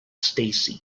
stacey